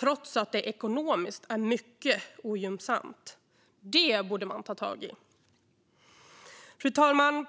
trots att det ekonomiskt är mycket ogynnsamt. Det borde man ta tag i. Fru talman!